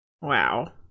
Wow